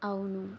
అవును